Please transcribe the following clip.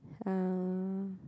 uh